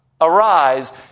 arise